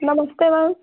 नमस्ते मैम